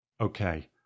okay